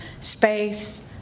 space